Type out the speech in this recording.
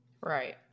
Right